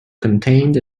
contained